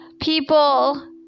people